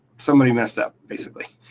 somebody messed up, basically.